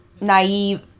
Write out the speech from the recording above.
naive